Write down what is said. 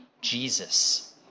Jesus